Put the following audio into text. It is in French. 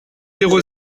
zéro